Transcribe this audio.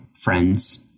friends